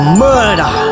murder